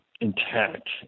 intact